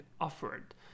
offered